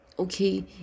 Okay